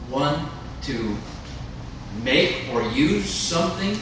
one to make or use something